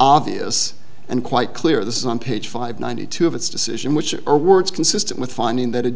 obvious and quite clear this is on page five ninety two of its decision which are words consistent with finding that it